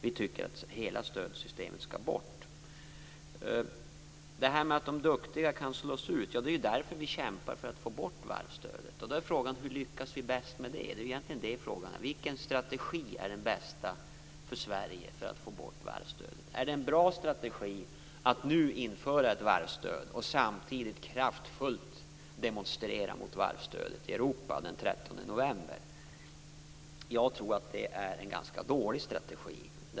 Vi tycker att hela stödsystemet skall bort. De duktiga kan slås ut. Ja, det är därför vi kämpar för att få bort varvsstödet. Då är frågan: Hur lyckas vi bäst med det? Det är egentligen det frågan gäller. Vilken strategi är den bästa för Sverige för att få bort varvsstödet? Är det en bra strategi att nu införa ett varvsstöd och samtidigt kraftfullt demonstrera mot varvsstödet i Europa den 13 november? Jag tror att det är en dålig strategi.